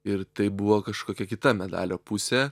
ir tai buvo kažkokia kita medalio pusė